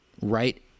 Right